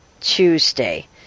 Tuesday